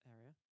area